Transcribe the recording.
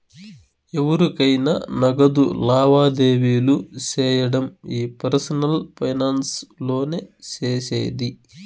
ఎవురికైనా నగదు లావాదేవీలు సేయడం ఈ పర్సనల్ ఫైనాన్స్ లోనే సేసేది